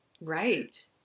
Right